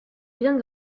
bien